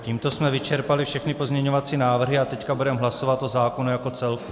Tímto jsme vyčerpali všechny pozměňovací návrhy a teď budeme hlasovat o zákonu jako celku.